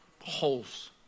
holes